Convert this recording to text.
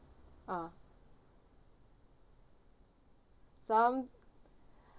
uh some